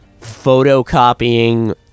photocopying